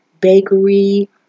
bakery